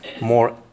more